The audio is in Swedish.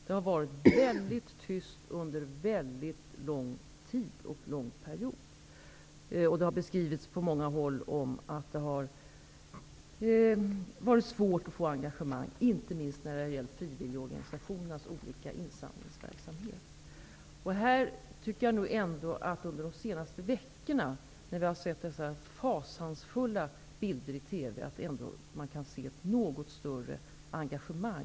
Det har varit väldigt tyst under väldigt lång tid, och det har på många håll sagts att det har varit svårt att få till stånd ett engagemang -- det gäller inte minst frivilligorganisationernas olika insamlingsverksamheter. Jag tycker nog ändå att vi under de senaste veckorna, då vi har sett fasansfulla bilder från det forna Jugoslavien i TV, har kunnat märka ett något större engagemang.